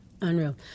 unreal